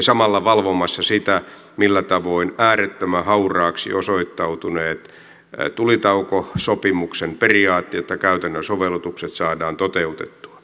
samalla ollaan valvomassa sitä millä tavoin äärettömän hauraaksi osoittautuneen tulitaukosopimuksen periaatteet ja käytännön sovellutukset saadaan toteutettua